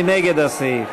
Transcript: מי נגד הסעיף?